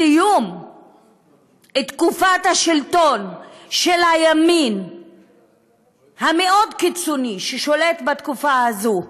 בסיום תקופת השלטון של הימין המאוד-קיצוני ששולט בתקופה הזאת,